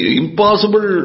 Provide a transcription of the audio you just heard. impossible